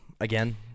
again